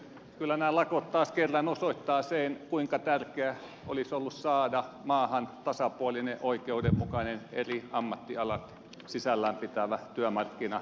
kyllä nämä lakot taas kerran osoittavat sen kuinka tärkeää olisi ollut saada maahan tasapuolinen oikeudenmukainen eri ammattialat sisällään pitävä työmarkkinaratkaisu